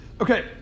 Okay